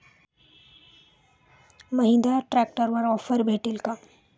महिंद्रा ट्रॅक्टरवर ऑफर भेटेल का?